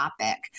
topic